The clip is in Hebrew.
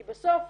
כי בסוף,